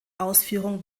ausführung